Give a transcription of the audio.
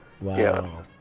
wow